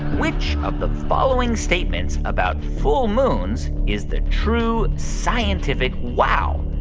which of the following statements about full moons is the true scientific wow?